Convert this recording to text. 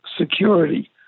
security